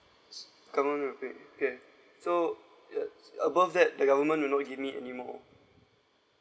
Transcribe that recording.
s~ government will pay paid so yup above that the government will not give me any more